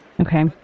Okay